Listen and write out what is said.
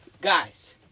guys